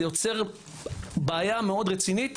זה יוצר בעיה מאוד רצינית.